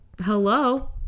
Hello